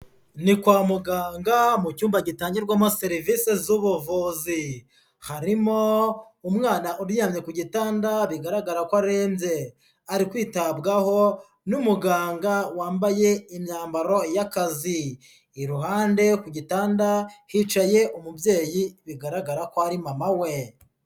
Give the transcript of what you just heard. Ni kwa muganga mu cyumba gitangirwamo serivisi z'ubuvuzi. Harimo umwana uryamye ku gitanda bigaragara ko arembye, ari kwitabwaho n'umuganga wambaye imyambaro y'akazi. Iruhande ku gitanda, hicaye umubyeyi bigaragara ko ari mama we.